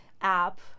app